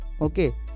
okay